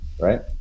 right